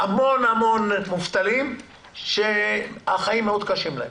המון המון מובטלים שהחיים מאוד קשים להם,